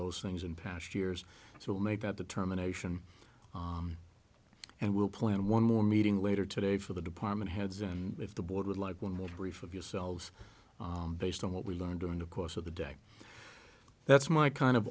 those things in past years so we'll make that determination and we'll plan one more meeting later today for the department heads and if the board would like when will brief of yourselves based on what we learned during the course of the day that's my kind of